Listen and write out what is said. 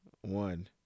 One